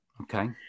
Okay